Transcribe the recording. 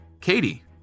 Katie